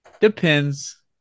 depends